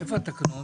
איפה התקנות?